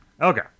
Okay